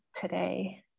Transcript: today